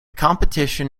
competition